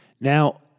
Now